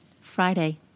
Friday